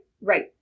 right